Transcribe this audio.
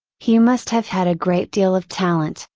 he must have had a great deal of talent,